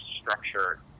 structured